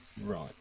Right